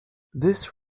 this